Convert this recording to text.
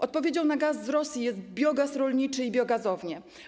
Odpowiedzią na gaz z Rosji jest biogaz rolniczy i są biogazownie.